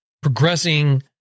progressing